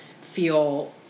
feel